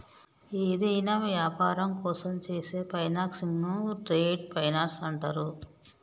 యేదైనా యాపారం కోసం చేసే ఫైనాన్సింగ్ను ట్రేడ్ ఫైనాన్స్ అంటరు